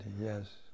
yes